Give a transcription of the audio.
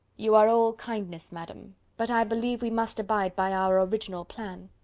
you are all kindness, madam but i believe we must abide by our original plan.